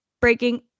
breaking